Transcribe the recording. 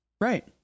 right